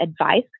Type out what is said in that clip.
advice